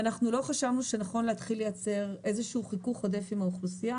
ואנחנו לא חשבנו שנכון להתחיל לייצר חיכוך עודף עם האוכלוסייה,